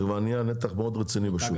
זה כבר נהיה נתח מאוד רציני בשוק.